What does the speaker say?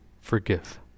forgive